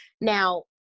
Now